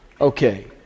Okay